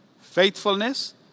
Faithfulness